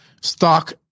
stock